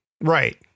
Right